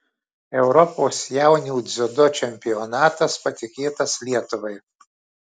europos jaunių dziudo čempionatas patikėtas lietuvai